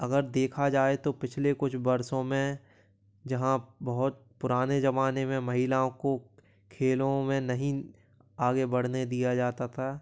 अगर देखा जाए तो पिछले कुछ वर्षों में जहाँ बहुत पुराने ज़माने में महिलाओं को खेलों में नहीं आगे बढ़ने दिया जाता था